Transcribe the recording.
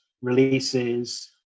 releases